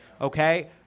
okay